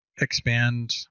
expand